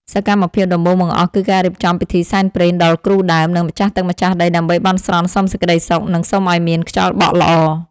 សកម្មភាពដំបូងបង្អស់គឺការរៀបចំពិធីសែនព្រេនដល់គ្រូដើម និងម្ចាស់ទឹកម្ចាស់ដី ដើម្បីបន់ស្រន់សុំសេចក្ដីសុខ និងសុំឱ្យមានខ្យល់បក់ល្អ។